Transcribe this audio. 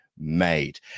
Made